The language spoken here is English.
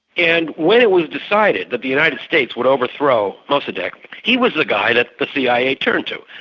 and when it was decided that the united states would overthrow mossadeq, he was the guy that the cia turned to.